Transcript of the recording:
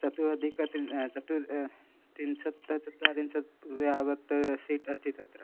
चतुर् अधिकत्रिंशत् चतुर् त्रिंशत्तः चत्वारिंशत् कृते यावत् सीट् अस्ति तत्र